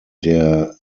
der